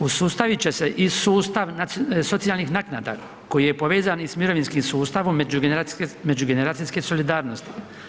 Usustavit će se i sustav socijalnih naknada koji je povezan sa mirovinskim sustav međugeneracijske solidarnosti.